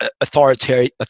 authoritarian